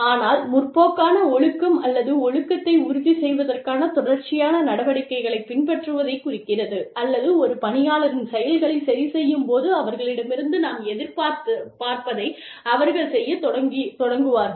ஆனால் முற்போக்கான ஒழுக்கம் என்பது ஒழுக்கத்தை உறுதி செய்வதற்கான தொடர்ச்சியான நடவடிக்கைகளைப் பின்பற்றுவதைக் குறிக்கிறது அல்லது ஒரு பணியாளரின் செயல்களைச் சரிசெய்யும் போது அவர்களிடமிருந்து நாம் எதிர்பார்ப்பதை அவர்கள் செய்யத் தொடங்குகிவார்கள்